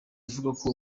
avugako